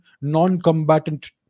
non-combatant